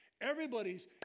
Everybody's